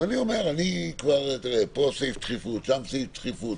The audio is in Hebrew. תראה, פה סעיף דחיפות, שם סעיף דחיפות